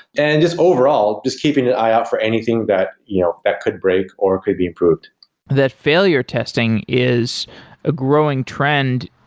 and just overall, just keeping an eye out for anything that you know that could break or could be improved that failure testing is a growing trend.